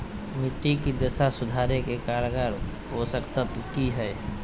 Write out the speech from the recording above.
मिट्टी के दशा सुधारे के कारगर पोषक तत्व की है?